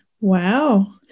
Wow